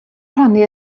rhannu